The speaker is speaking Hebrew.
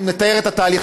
נתאר את התהליך.